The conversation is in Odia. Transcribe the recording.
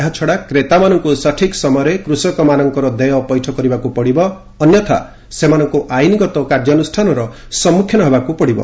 ଏହାଛଡ଼ା କ୍ରେତାମାନଙ୍କୁ ସଠିକ୍ ସମୟରେ କୃଷକମାନଙ୍କର ଦେୟ ପୈଠ କରିବାକୁ ପଡ଼ିବ ଅନ୍ୟଥା ସେମାନଙ୍କୁ ଆଇନଗତ କାର୍ଯ୍ୟାନୁଷ୍ଠାନର ସମ୍ମୁଖୀନ ହେବାକୁ ପଡ଼ିବ